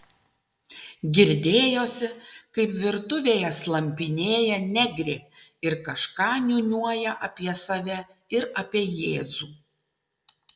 girdėjosi kaip virtuvėje slampinėja negrė ir kažką niūniuoja apie save ir apie jėzų